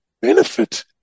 benefit